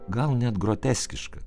gal net groteskiška